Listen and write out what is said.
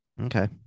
Okay